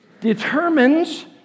determines